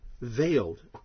veiled